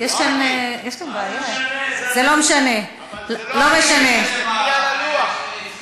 תסתכלי על הלוח.